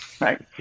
right